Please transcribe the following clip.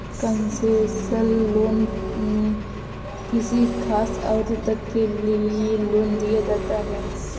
concessional loan में किसी खास अवधि तक के लिए लोन दिया जाता है